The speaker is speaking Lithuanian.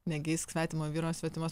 negeisk svetimo vyro svetimos